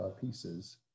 pieces